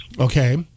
Okay